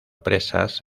presas